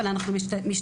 אבל אנחנו משתדלים,